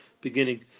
beginning